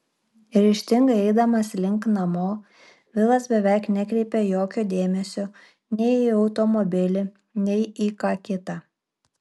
ryžtingai eidamas link namo vilas beveik nekreipia jokio dėmesio nei į automobilį nei į ką kita